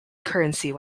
currency